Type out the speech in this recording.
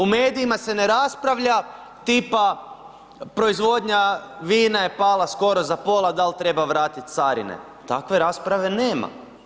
U medijima se ne raspravlja tipa proizvodnja vina je pala skoro za pola, dal treba vratit carine, takve rasprave nema.